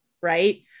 right